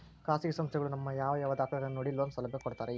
ಖಾಸಗಿ ಸಂಸ್ಥೆಗಳು ನಮ್ಮ ಯಾವ ಯಾವ ದಾಖಲೆಗಳನ್ನು ನೋಡಿ ಲೋನ್ ಸೌಲಭ್ಯ ಕೊಡ್ತಾರೆ?